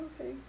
okay